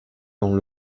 dans